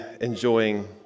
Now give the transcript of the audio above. enjoying